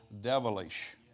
devilish